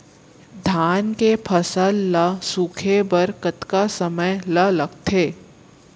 धान के फसल ल सूखे बर कतका समय ल लगथे?